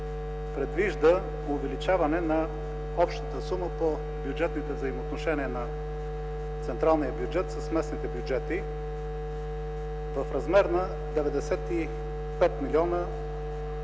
предвижда увеличаване на общата сума по бюджетните взаимоотношения на централния бюджет с местните бюджети в размер на 95 милиона